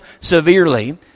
severely